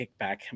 kickback